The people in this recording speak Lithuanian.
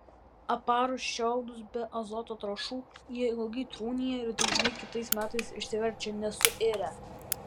aparus šiaudus be azoto trąšų jie ilgai trūnija ir dažnai kitais metais išsiverčia nesuirę